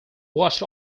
watched